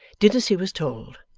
did as he was told,